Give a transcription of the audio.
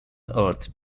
earth